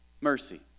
Mercy